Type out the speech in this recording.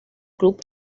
club